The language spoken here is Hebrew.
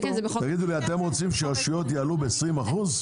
אתם רוצים שרשויות יעלו את הארנונה ב-20%?